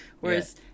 whereas